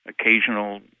occasional